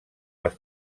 les